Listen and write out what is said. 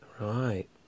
right